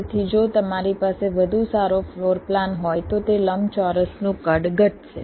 તેથી જો તમારી પાસે વધુ સારો ફ્લોર પ્લાન હોય તો તે લંબચોરસનું કદ ઘટશે